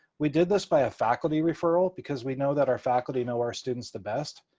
we did this by a faculty referral because we know that our faculty know our students the best.